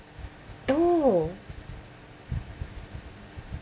oh